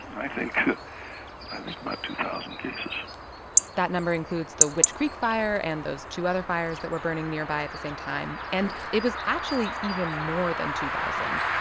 i think about like but two thousand cases that number includes the witch creek fire and those two other fires that were burning nearby at the same time. and it was actually even more than two thousand.